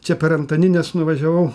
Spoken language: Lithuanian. čia per antanines nuvažiavau